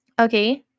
okay